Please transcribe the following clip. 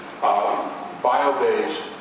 bio-based